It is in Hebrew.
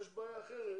יש בעיה אחרת,